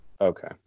Okay